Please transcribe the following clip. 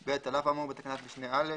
"(ב) על אף האמור בתקנת משנה (א),